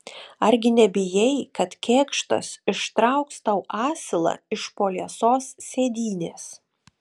argi nebijai kad kėkštas ištrauks tau asilą iš po liesos sėdynės